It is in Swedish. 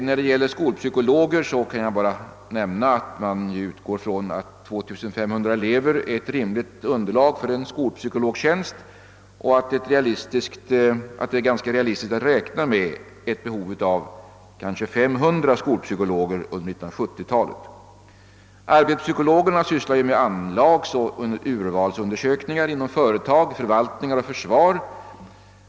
När det gäller skolpsykologerna kan jag nämna att man utgår från att 2500 elever är ett rimligt underlag för en skolpsykologtjänst och att det är ganska realistiskt att räkna med ett behov av cirka 500 skolpsykologer under 1970-talet. Arbetspsykologerna sysslar ju med anlagsoch urvalsundersökningar inom företag, förvaltningar och försvar.